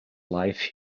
life